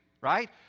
right